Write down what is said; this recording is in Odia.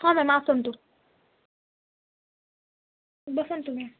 ହଁ ମ୍ୟାମ୍ ଆସନ୍ତୁ ବସନ୍ତୁ ମ୍ୟାମ୍